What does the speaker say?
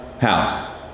house